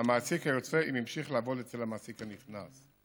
מהמעסיק היוצא אם המשיך לעבוד אצל המעסיק הנכנס.